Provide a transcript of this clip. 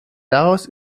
daraus